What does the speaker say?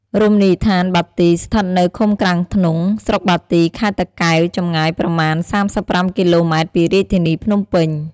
រមណីយដ្ឋានបាទី ស្ថិតនៅឃុំក្រាំងធ្នង់ ស្រុកបាទី ខេត្តតាកែវ ចម្ងាយប្រមាណ ៣៥ គីឡូម៉ែត្រពីរាជធានីភ្នំពេញ។